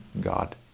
God